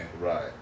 right